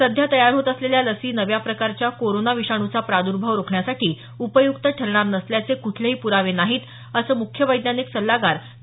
सध्या तयार होत असलेल्या लसी नव्या प्रकारच्या कोरोना विषाणूचा प्रादर्भाव रोखण्यासाठी उपयुक्त ठरणार नसल्याचे कुठलेही प्रावे नाहीत असं मुख्य वैज्ञानिक सल्लागार के